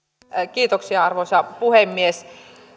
arvoisa puhemies